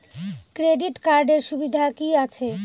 Credit কার্ডের সুবিধা কি আছে?